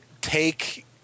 take